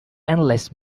endless